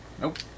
Nope